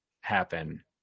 happen